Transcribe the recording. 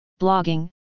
blogging